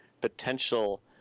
potential